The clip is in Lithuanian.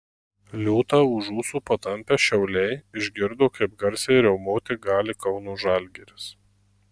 liūtą už ūsų patampę šiauliai išgirdo kaip garsiai riaumoti gali kauno žalgiris